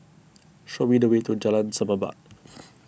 show me the way to Jalan Semerbak